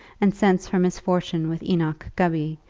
and since her misfortune with enoch gubby,